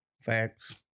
Facts